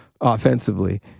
offensively